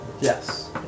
Yes